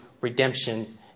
redemption